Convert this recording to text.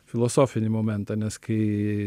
filosofinį momentą nes kai